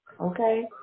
Okay